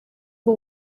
bwo